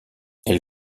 elle